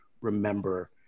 remember